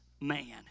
man